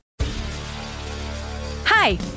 Hi